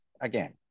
again